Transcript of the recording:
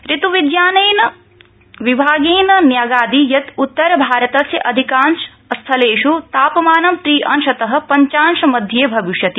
ऋतुविज्ञानविभागेन न्यगादि यत् उत्तर भारतस्य अधिकांश स्थलेषु तापमानं त्रिअंशत पञ्चांशमध्ये भविष्यति